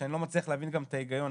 אני לא מצליח להבין את ההיגיון,